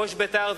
שראש בית"ר,